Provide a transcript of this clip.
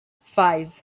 five